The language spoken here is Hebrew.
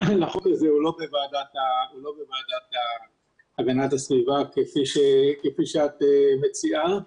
הזה הוא לא בוועדת הפנים והגנת הסביבה כפי שאת מציעה,